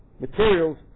materials